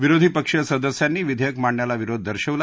विरोधी पक्षीय सदस्यांनी विधेयक मांडण्याला विरोध दर्शवला